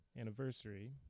anniversary